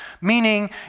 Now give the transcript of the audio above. meaning